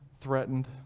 threatened